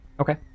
okay